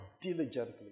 diligently